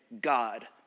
God